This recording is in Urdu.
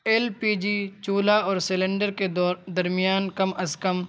ایل پی جی چولہا اور سلینڈر کے دور درمیان کم از کم